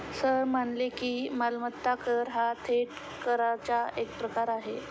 sir म्हणाले की, मालमत्ता कर हा थेट कराचा एक प्रकार आहे